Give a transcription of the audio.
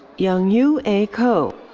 youngwoo a. ko.